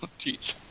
jeez